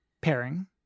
pairing